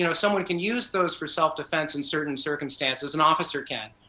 you know someone can use those for self-defense in certain circumstances, an officer can,